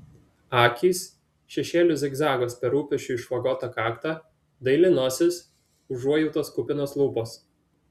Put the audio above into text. akys šešėlių zigzagas per rūpesčių išvagotą kaktą daili nosis užuojautos kupinos lūpos